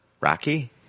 rocky